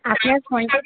আপনার ফোন তো